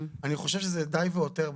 אני חושב שזה די והותר.